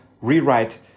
rewrite